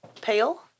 Pale